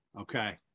okay